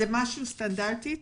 זה משהו סטנדרטי.